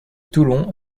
toulon